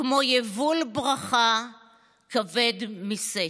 כמו יבול ברכה כבד משאת".